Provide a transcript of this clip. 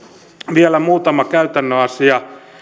vielä muutama käytännön asia